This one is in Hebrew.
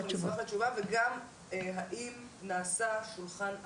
תשובה וגם האם נעשה 'שולחן עגול'